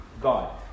God